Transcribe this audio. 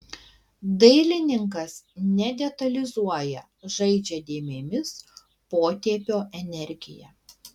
dailininkas nedetalizuoja žaidžia dėmėmis potėpio energija